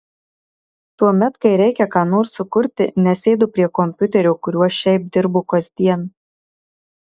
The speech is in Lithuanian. tuomet kai reikia ką nors sukurti nesėdu prie kompiuterio kuriuo šiaip dirbu kasdien